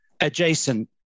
adjacent